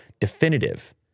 definitive